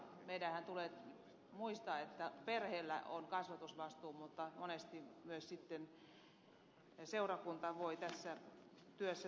meidänhän tulee muistaa että perheillä on kasvatusvastuu mutta monesti myös sitten seurakunta voi tässä työssä tukea